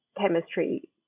chemistry